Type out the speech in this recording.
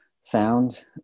sound